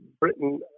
Britain